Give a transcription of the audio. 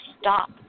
stop